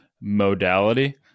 modality